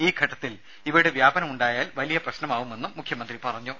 ഈ ഘട്ടത്തിൽ ഇവയുടെ വ്യാപനം ഉണ്ടായാൽ വലിയ പ്രശ്നമാവുമെന്നും മുഖ്യമന്ത്രി പറഞ്ഞു